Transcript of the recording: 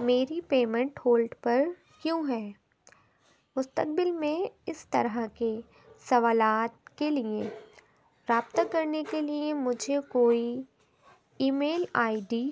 میری payment hold پر کیوں ہے مستقبل میں اس طرح کے سوالات کے لیے رابطہ کرنے کے لیے مجھے کوئی ای میل آئی ڈی